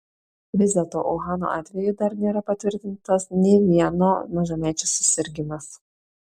vis dėlto uhano atveju dar nėra patvirtintas nė vieno mažamečio susirgimas